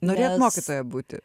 norėjot mokytoja būti